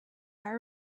our